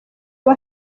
aba